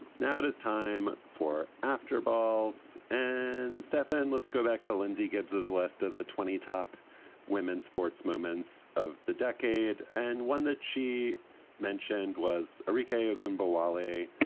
now it is time for after balz and stefan, let's go back to lindsey gibbs's list of the twenty top women's sports moments of the decade and one that she mentioned was erica gimbel ali